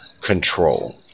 control